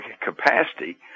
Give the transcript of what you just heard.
capacity